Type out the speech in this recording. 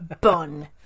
bun